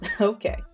okay